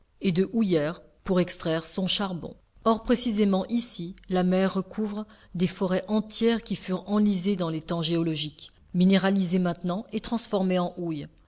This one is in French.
et de houillères pour extraire son charbon or précisément ici la mer recouvre des forêts entières qui furent enlisées dans les temps géologiques minéralisées maintenant et transformées en houille